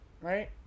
right